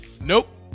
Nope